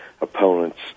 opponents